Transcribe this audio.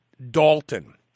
Dalton